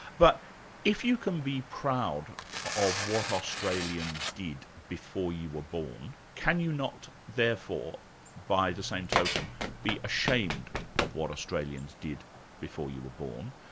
but if you can be proud of what australians did before you were born can you not therefore by the same token be ashamed of what australians did before you were born?